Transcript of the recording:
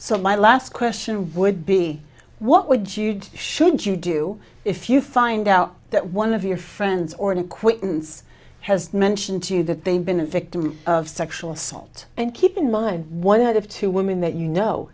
so my last question would be what would you do should you do if you find out that one of your friends or to quit has mentioned to you that they've been a victim of sexual assault and keep in mind one out of two women that you know